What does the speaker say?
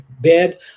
bed